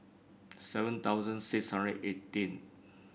seven thousand six hundred eighteen